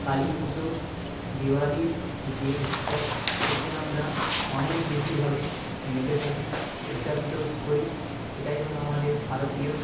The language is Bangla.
কালী পুজোর দেওয়ালির যে উৎসব এতে আমরা অনেক বেশিভাবে মেতে থাকি উদ্যাপিত করি এটাই হলো আমাদের ভারতীয়